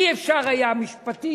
אי-אפשר משפטית,